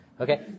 Okay